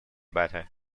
better